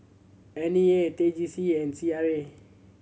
N E A T J C and C R A